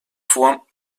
vor